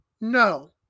No